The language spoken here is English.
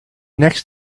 next